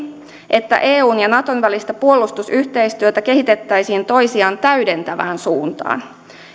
että eun ja naton välistä puolustusyhteistyötä kehitettäisiin toisiaan täydentävään suuntaan